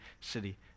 city